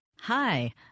Hi